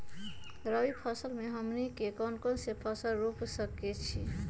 रबी फसल में हमनी के कौन कौन से फसल रूप सकैछि?